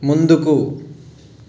ముందుకు